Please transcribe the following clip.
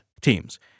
teams